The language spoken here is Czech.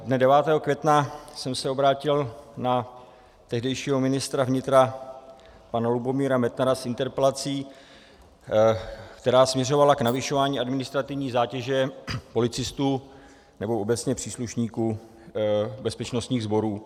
Dne 9. května jsem se obrátil na tehdejšího ministra vnitra pana Lubomíra Metnara s interpelací, která směřovala k navyšování administrativní zátěže policistů, nebo obecně příslušníků bezpečnostních sborů.